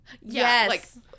Yes